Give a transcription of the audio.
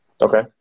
Okay